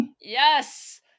yes